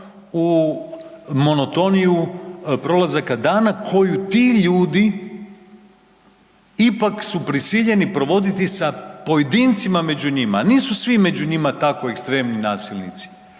u monotoniju prolazaka dana koju ti ljudi ipak su prisiljeni provoditi sa pojedincima među njima, nisu svi među njima tako ekstremni nasilnici.